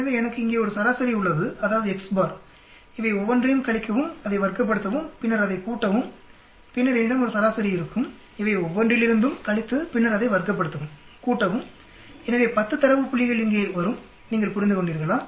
எனவே எனக்கு இங்கே ஒரு சராசரி உள்ளது அதாவது எக்ஸ் பார் இவை ஒவ்வொன்றையும் கழிக்கவும் அதை வர்க்கப்படுத்தவும் பின்னர் அதைக் கூட்டவும் பின்னர் என்னிடம் ஒரு சராசரி இருக்கும் இவை ஒவ்வொன்றிலிருந்தும் கழித்து பின்னர் அதை வர்க்கப்படுத்தவும் கூட்டவும் எனவே 10 தரவு புள்ளிகள் இங்கே வரும் நீங்கள் புரிந்து கொண்டீர்களா